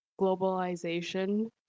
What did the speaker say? globalization